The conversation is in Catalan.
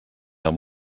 amb